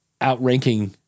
outranking